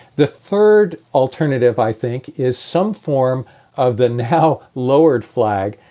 the third alternative, i think, is some form of the now lowered flag,